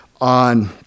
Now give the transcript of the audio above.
on